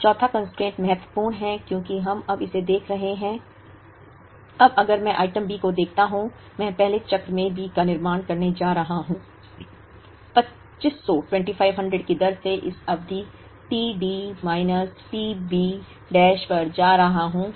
अब चौथा कंस्ट्रेंट महत्वपूर्ण है क्योंकि हम अब इसे देख रहे हैं अब अगर मैं आइटम B को देखता हूं मैं पहले चक्र में B का निर्माण करने जा रहा हूं 2500 की दर से इस अवधि t D minus t B dash पर जा रहा हूं